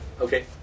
Okay